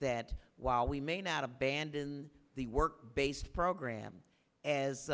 that while we may not abandon the work based program as